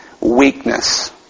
weakness